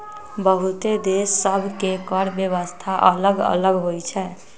बहुते देश सभ के कर व्यवस्था अल्लग अल्लग होई छै